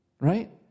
Right